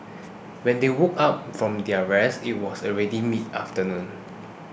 when they woke up from their rest it was already mid afternoon